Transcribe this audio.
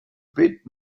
bit